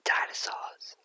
Dinosaurs